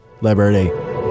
Liberty